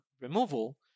removal